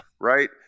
Right